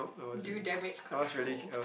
do damage control